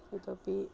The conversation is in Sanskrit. इतोपि